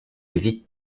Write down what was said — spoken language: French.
évite